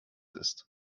ist